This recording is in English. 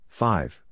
five